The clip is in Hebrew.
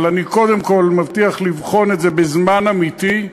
אבל אני קודם כול מבטיח לבחון את זה בזמן אמיתי,